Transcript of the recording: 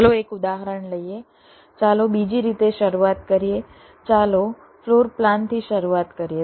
ચાલો એક ઉદાહરણ લઈએ ચાલો બીજી રીતે શરૂઆત કરીએ ચાલો ફ્લોર પ્લાનથી શરૂઆત કરીએ